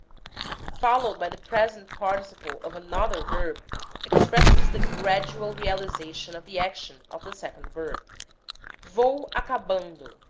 followed by the present parti ciple of another verb expresses the gradual realization of the action of the second verb vou acabando,